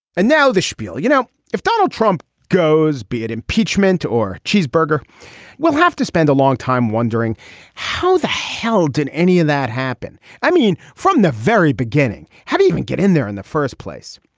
and now the spiel. you know if donald trump goes be it impeachment or cheeseburger we'll have to spend a long time wondering how the hell did any of that happen. i mean from the very beginning. how do you even get in there in the first place.